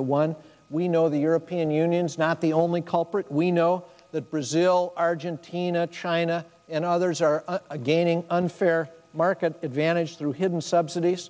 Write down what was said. to one we know the european union is not the only culprit we know that brazil argentina china and others are again ing unfair market advantage through hidden subsidies